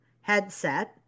headset